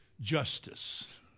justice